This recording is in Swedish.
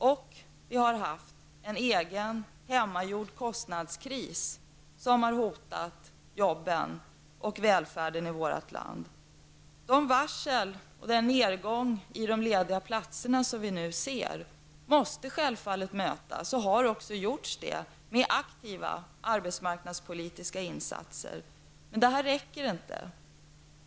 Vi har också haft en egen, hemmagjord, kostnadskris som har hotat jobben och välfärden i vårt land. De varsel, och den nedgång beträffande lediga platser, som vi nu ser måste självfallet åtgärdas. Det har också skett. Vi har gjort arbetsmarknadspolitiska insatser. Men det räcker inte.